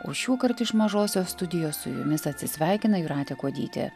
o šiuokart iš mažosios studijos su jumis atsisveikina jūratė kuodytė